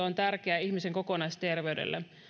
on tärkeää ihmisen kokonaisterveydelle